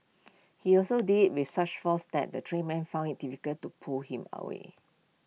he also did IT with such force that the three men found IT difficult to pull him away